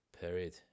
period